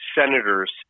senators